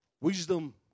wisdom